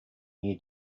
new